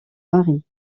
mari